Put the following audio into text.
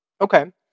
okay